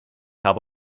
habe